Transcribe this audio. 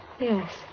Yes